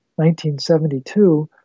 1972